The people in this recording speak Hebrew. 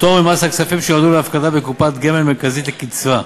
(פטור ממס על כספים שיועדו להפקדה בקופת גמל מרכזית לקצבה).